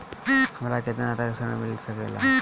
हमरा केतना तक ऋण मिल सके ला?